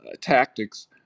tactics